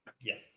Yes